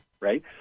Right